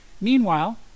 Meanwhile